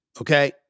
Okay